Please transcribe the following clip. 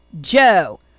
Joe